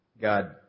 God